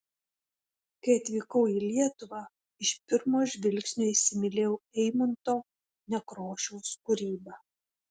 kai atvykau į lietuvą iš pirmo žvilgsnio įsimylėjau eimunto nekrošiaus kūrybą